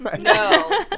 No